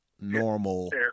normal